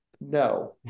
No